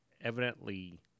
evidently